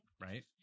Right